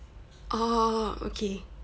oh okay